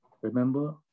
Remember